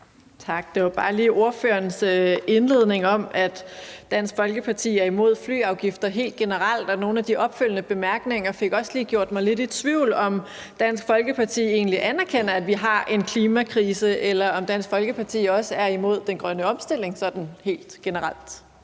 Det var bare lige ordførerens indledning om, at Dansk Folkeparti er imod flyafgifter helt generelt, og også nogle af de opfølgende bemærkninger, der fik gjort mig lidt i tvivl om, om Dansk Folkeparti egentlig anerkender, at vi har en klimakrise, eller om Dansk Folkeparti også er imod den grønne omstilling sådan helt generelt.